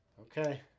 okay